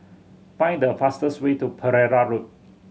find the fastest way to Pereira Road